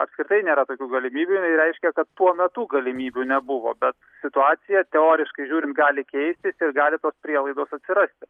apskritai nėra tokių galimybių jinai reiškia kad tuo metu galimybių nebuvo bet situacija teoriškai žiūrint gali keistis ir gali tos prielaidos atsirasti